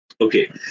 Okay